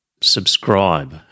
subscribe